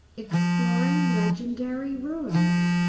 exploring legendary ruins!